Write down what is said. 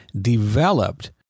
developed